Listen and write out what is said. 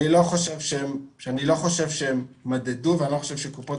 אני לא חושב שהם מדדו ואני לא חושב שקופות